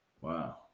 wow